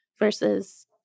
versus